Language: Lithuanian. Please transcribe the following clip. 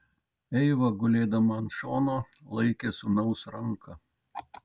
eiva gulėdama ant šono laikė sūnaus ranką